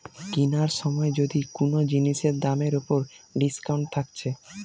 কিনার সময় যদি কুনো জিনিসের দামের উপর ডিসকাউন্ট থাকছে